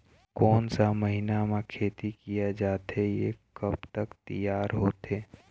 कोन सा महीना मा खेती किया जाथे ये कब तक तियार होथे?